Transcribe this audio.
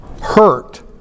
hurt